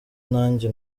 nanjye